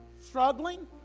Struggling